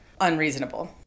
unreasonable